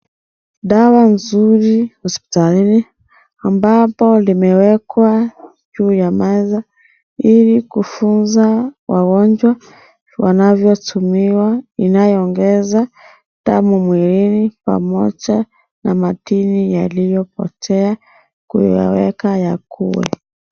Dawa nzuri hospitalini, ambapo limewekwa juu ya meza, ili kufunza wagonjwa wanayotumia inayo ongeza damu mwilini pamoja, na madini yaliyopotea kuyaweka yakuwe.